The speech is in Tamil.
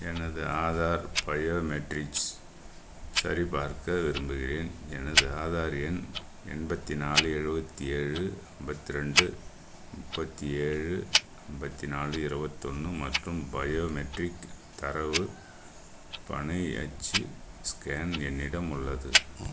எனது ஆதார் பயோமெட்ரிக்ஸ் சரிபார்க்க விரும்புகிறேன் எனது ஆதார் எண் எண்பத்தி நாலு எழுபத்தி ஏழு ஐம்பத்தி ரெண்டு முப்பத்தி ஏழு ஐம்பத்தி நாலு இரபத்தொன்னு மற்றும் பயோமெட்ரிக் தரவு பனை அச்சு ஸ்கேன் என்னிடம் உள்ளது